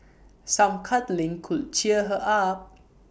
some cuddling could cheer her up